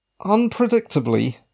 unpredictably